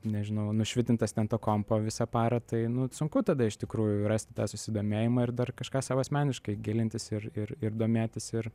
nežinau nušvitintas ten to kompo visą parą tai nu sunku tada iš tikrųjų rasti tą susidomėjimą ir dar kažką sau asmeniškai gilintis ir ir ir domėtis ir